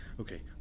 Okay